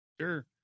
Sure